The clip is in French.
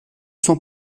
sans